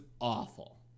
awful